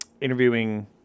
interviewing